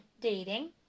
dating